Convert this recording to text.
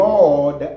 Lord